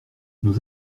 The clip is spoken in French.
nous